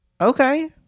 Okay